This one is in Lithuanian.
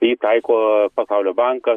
jį taiko pasaulio bankas